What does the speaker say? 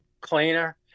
cleaner